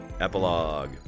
Epilogue